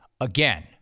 Again